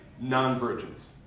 non-virgins